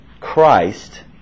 Christ